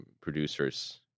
producers